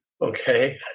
Okay